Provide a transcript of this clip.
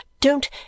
Don't